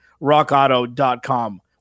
RockAuto.com